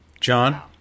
John